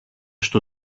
στο